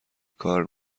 کار